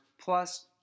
plus